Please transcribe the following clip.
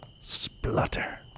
splutter